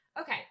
Okay